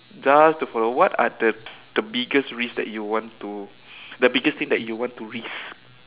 just to follow what are the the biggest risk that you want to the biggest thing that you want to risk